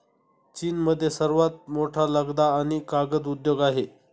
चीनमध्ये सर्वात मोठा लगदा आणि कागद उद्योग आहे